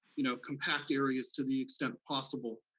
you know, compact areas to the extent possible.